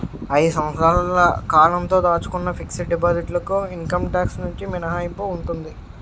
ఐదు సంవత్సరాల కాలంతో దాచుకున్న ఫిక్స్ డిపాజిట్ లకు ఇన్కమ్ టాక్స్ నుంచి మినహాయింపు ఉంటుంది